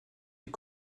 est